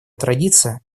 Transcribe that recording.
традиция